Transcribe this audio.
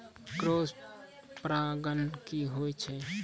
Cross परागण की होय छै?